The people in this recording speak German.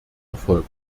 erfolg